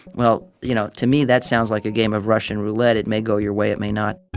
well, you know, to me, that sounds like a game of russian roulette. it may go your way. it may not